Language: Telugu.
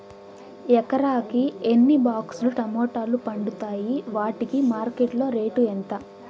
ఎకరాకి ఎన్ని బాక్స్ లు టమోటాలు పండుతాయి వాటికి మార్కెట్లో రేటు ఎంత?